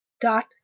dot